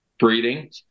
Breeding